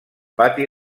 pati